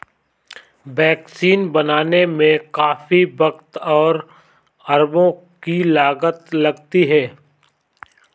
vaccine बनाने में काफी वक़्त और अरबों की लागत लगती है